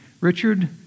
Richard